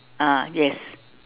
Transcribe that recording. ah yes